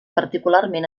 particularment